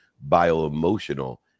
bio-emotional